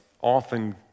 often